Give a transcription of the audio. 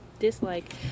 dislike